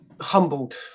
humbled